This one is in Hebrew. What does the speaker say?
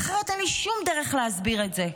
אחרת אין לי שום דרך להסביר את זה.